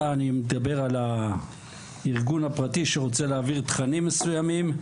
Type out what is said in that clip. אני מדבר על ארגון פרטי שרוצה להעביר תכנים מסוימים,